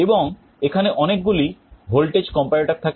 এবং এখানে অনেকগুলি ভোল্টেজ comparator থাকে